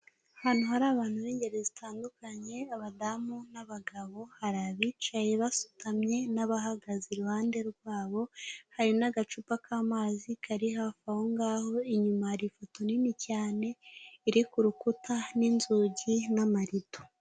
Ahantu hari abantu b'ingeri zitandukanye, abadamu n'abagabo. Hari abicaye basutamye n'abahagaze iruhande rwabo, hari n'agacupa k'amazi kari hafi ahongaho. Inyuma hari ifoto nini cyane iri ku rukuta n'inzugi n'amarido.